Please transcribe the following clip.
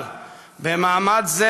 אבל במעמד זה,